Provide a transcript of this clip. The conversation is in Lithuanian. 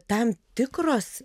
tam tikros